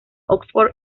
oxford